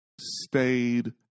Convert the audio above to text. stayed